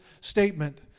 statement